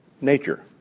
nature